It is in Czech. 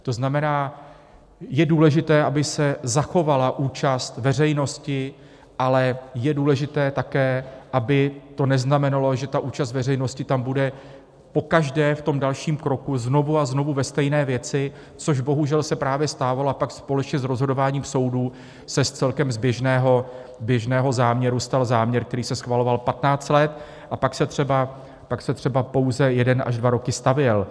To znamená, je důležité, aby se zachovala účast veřejnosti, ale je důležité také, aby to neznamenalo, že účast veřejnosti tam bude pokaždé v dalším kroku znovu a znovu ve stejné věci, což bohužel se právě stávalo a pak společně s rozhodováním soudů se z celkem běžného záměru stal záměr, který se schvaloval 15 let a pak se třeba pouze jeden až dva roky stavěl.